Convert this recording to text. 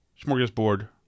smorgasbord